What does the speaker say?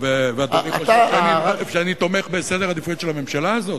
ואדוני חושב שאני תומך בסדר העדיפויות של הממשלה הזאת?